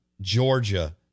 Georgia